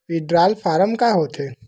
Withdrawal form का होथे?